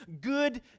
good